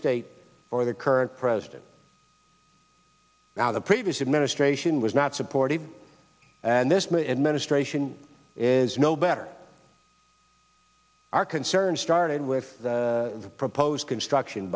state or the current president now the previous administration was not supportive and this my administration is no better our concern started with the proposed construction